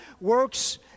works